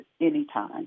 anytime